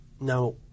now